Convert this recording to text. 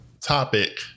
topic